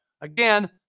Again